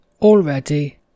Already